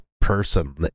person